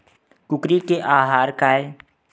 कुकरी के आहार काय?